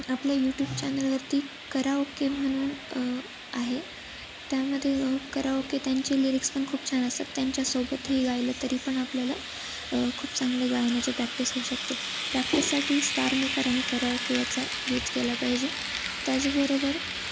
आपल्या यूट्यूब चॅनलवरती कराओके म्हणून आहे त्यामध्ये कराओके त्यांचे लिरिक्स पण खूप छान असतात त्यांच्यासोबतही गायलं तरी पण आपल्याला खूप चांगले गायनाचे प्रॅक्टिस होऊ शकतील प्रॅक्टिससाठी स्टारमेकर आणि कराओके याचा यूज केला पाहिजे त्याचबरोबर